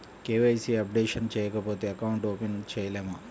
KYC updation చేయకపోతే account open చేయలేమా?